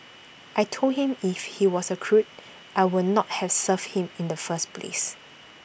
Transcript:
I Told him if he was A crook I would not have served him in the first place